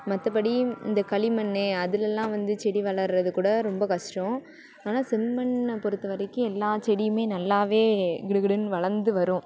மற்றபடி இந்த களிமண் அதிலலாம் வந்து செடி வளர்வது கூட ரொம்ப கஷ்டம் ஆனால் செம்மண்ணை பொறுத்த வரைக்கும் எல்லா செடியுமே நல்லாவே கிடு கிடுன்னு வளர்ந்து வரும்